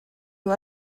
you